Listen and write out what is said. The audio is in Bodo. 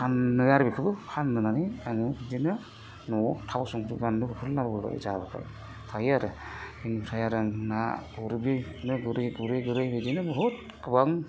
फानबाय आरो बेखौबो फानबोनानै आङो बिदिनो न'आव थाव संख्रि बानलु बेफोरखौ लाबोबाय जाबाय थायो आरो बिनिफ्राय आरो आंना आरो बिदिनो गुरै गुरै बिदिनो बहुत गोबां